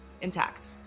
intact